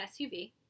SUV